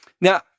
Now